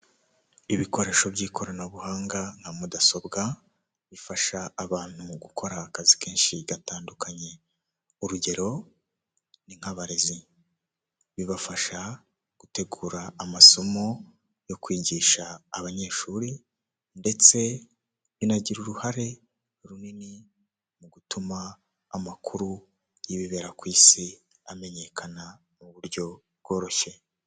Imodoka nziza cyane y'umukara, ikaba ikodeshwa ariko ikaba ifite purake nziza cyane y'abaviyayipi. Bikaba bisobanuye yuko ishobora gutambuka isaha iyo ari yo yose kandi idahagaze.